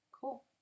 Cool